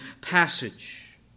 passage